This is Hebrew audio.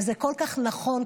וזה כל כך נכון,